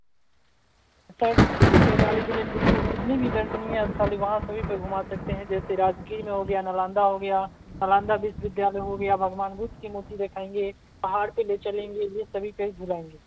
sir Vaishali जिले में जितनी जितनी भी दर्शनीय स्थल वहाँ सभी पर घुमा सकते हैं जैसे राजगीर हो गया नालंदा हो गया नालंदा विश्वविद्यालय हो गया भगवान बुद्ध कि मूर्ति देख आएँगे पहाड़ पर ले चलेंगे यह सभी प्लेस घुमाएँगे